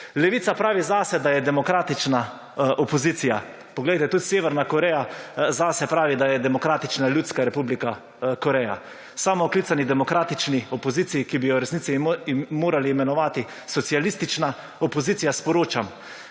Levica pravi zase, da je demokratična opozicija. Poglejte, tudi Severna Koreja zase pravi, da je demokratična ljudska republika Koreja. Samooklicani demokratični opoziciji, ki bi jo v resnici morali imenovati socialistična opozicija, sporočam,